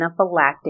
anaphylactic